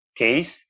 case